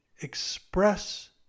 express